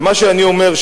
ומה שאני אומר הוא,